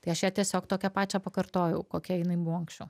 tai aš ją tiesiog tokią pačią pakartojau kokia jinai buvo anksčiau